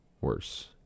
worse